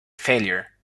failure